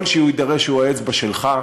כל שיידרש הוא האצבע שלך,